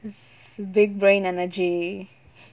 big brain energy